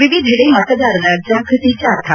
ವಿವಿಧೆಡೆ ಮತದಾರರ ಜಾಗೃತಿ ಜಾಥಾ